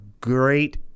great